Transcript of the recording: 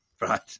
right